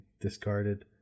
discarded